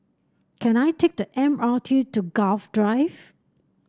can I take the M R T to Gul Drive